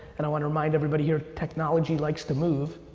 and i wanna remind everybody here, technology likes to move.